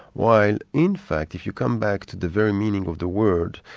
while in fact, if you come back to the very meaning of the word,